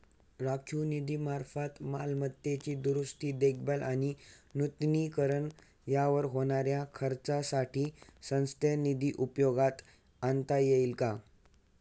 राखीव निधीमार्फत मालमत्तेची दुरुस्ती, देखभाल आणि नूतनीकरण यावर होणाऱ्या खर्चासाठी संस्थेचा निधी उपयोगात आणता येईल का?